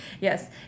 Yes